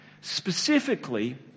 specifically